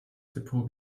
depot